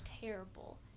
terrible